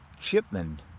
Shipman